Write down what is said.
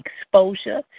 exposure